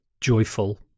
joyful